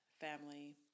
family